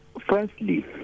Firstly